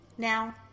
Now